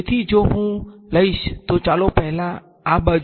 તેથી જો હું લઈશ તો ચાલો પહેલા આ બાજુ અહીં લઈએ